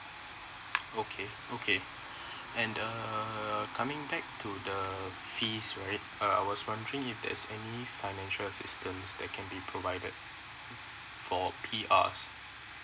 okay okay and uh coming back to the fees right uh I was wondering if there any financial assistant that can be provided for P_R